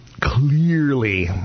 clearly